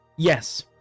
Yes